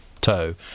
toe